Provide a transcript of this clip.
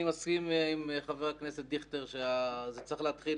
אני מסכים עם חבר הכנסת דיכטר שזה צריך להתחיל